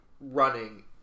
running